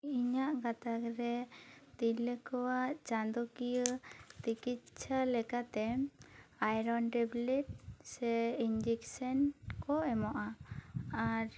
ᱤᱧᱟ ᱜ ᱜᱟᱛᱟᱠ ᱨᱮ ᱛᱤᱨᱞᱟᱹ ᱠᱚᱣᱟᱜ ᱪᱟᱸᱫᱚᱠᱤᱭᱟᱹ ᱪᱤᱠᱤᱛᱥᱟ ᱞᱮᱠᱟᱛᱮ ᱟᱭᱨᱚᱱ ᱴᱮᱵᱽᱞᱮᱴ ᱥᱮ ᱤᱱᱡᱤᱠᱥᱮᱱ ᱠᱚ ᱮᱢᱚᱜᱼᱟ